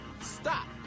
stop